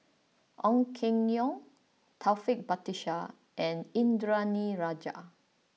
Ong Keng Yong Taufik Batisah and Indranee Rajah